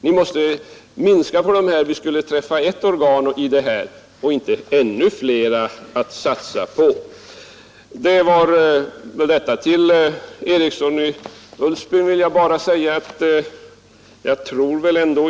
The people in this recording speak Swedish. Vi måste minska deras antal och inte få ännu fler att satsa på. Till herr Eriksson i Ulfsbyn vill jag säga en annan sak.